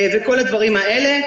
וכל הדברים האלה.